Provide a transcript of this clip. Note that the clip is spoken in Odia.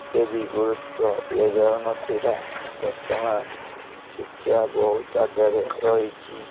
ଏତେ ବି ଗୁରୁତ୍ୱ ଦିଆଯାଉ ନଥିଲା ବର୍ତ୍ତମାନ ଶିକ୍ଷା ବହୁତ ଆଗରେ ରହିଛି